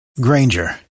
Granger